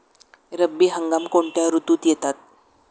रब्बी हंगाम कोणत्या ऋतूत येतात?